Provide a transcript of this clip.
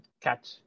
catch